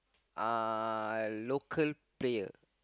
uh local player